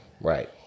Right